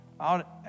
out